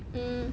mm